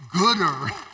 gooder